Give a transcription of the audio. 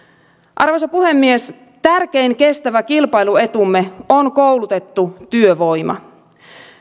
arvoisa puhemies tärkein kestävä kilpailuetumme on koulutettu työvoima